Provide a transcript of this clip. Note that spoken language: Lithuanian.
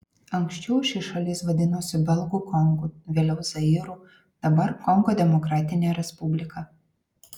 anksčiau ši šalis vadinosi belgų kongu vėliau zairu dabar kongo demokratinė respublika